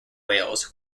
whales